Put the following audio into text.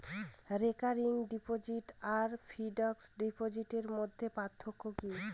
Recurring deposit আর fixed ডিপোজিটের মধ্যে পার্থক্য কি?